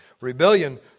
Rebellion